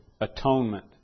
Atonement